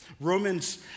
Romans